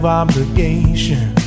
obligation